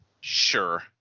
Sure